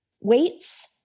weights